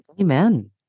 Amen